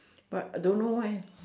but I don't know why